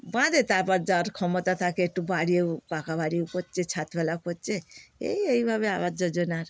বাঁধে তারপর যার ক্ষমতা থাকে একটু বাড়িও পাকা বাড়িও করছে ছাদ ফেলা করছে এই এভাবে আবাস যোজনার